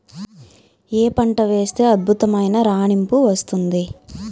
ఏ పంట వేస్తే అద్భుతమైన రాణింపు వస్తుంది?